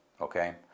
okay